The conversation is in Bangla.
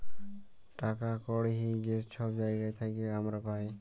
টাকা কড়হি যে ছব জায়গার থ্যাইকে আমরা পাই